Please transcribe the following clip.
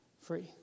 free